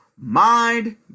mind